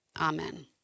Amen